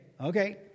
okay